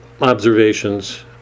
observations